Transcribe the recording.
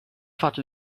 fatto